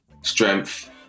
strength